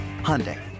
Hyundai